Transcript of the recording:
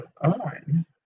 on